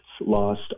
lost